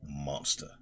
monster